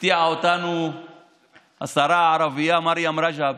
הפתיעה אותנו השרה הערבייה מרים רג'ב: